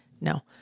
No